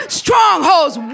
strongholds